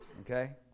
okay